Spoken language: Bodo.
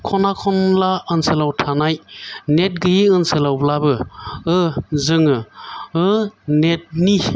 ख'ना ख'नला आनसोलाव थानाय नेट गैयि ओनसोलावब्लाबो जोङो नेट नि